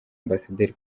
ambasaderi